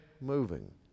moving